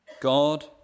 God